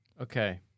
Okay